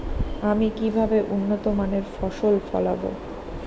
আমি কিভাবে উন্নত মানের ফসল ফলাবো?